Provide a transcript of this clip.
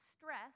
stress